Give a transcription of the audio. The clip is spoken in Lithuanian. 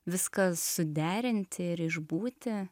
viską suderinti ir išbūti